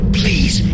please